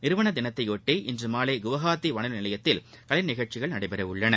நிறுவன தினத்தையொட்டி இன்று மாலை குவஹாத்தி வானொலி நிலையத்தில் கலை நிகழ்ச்சிகள் நடக்கவுள்ளன